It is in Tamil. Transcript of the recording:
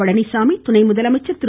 பழனிசாமி துணை முதலமைச்சர் திரு